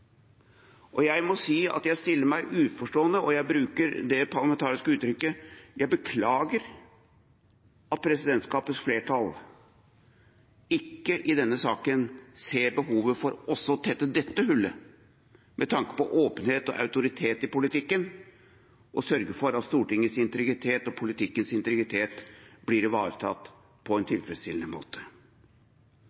myndighetssituasjon. Jeg må si jeg stiller meg uforstående til – og jeg bruker det parlamentariske uttrykket «jeg beklager» – at presidentskapets flertall i denne saken ikke ser behovet for også å tette dette hullet, med tanke på åpenhet og autoritet i politikken, og sørge for at Stortingets integritet og politikkens integritet blir ivaretatt på en tilfredsstillende måte.